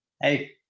hey